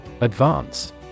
Advance